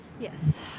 Yes